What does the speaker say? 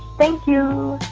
thank you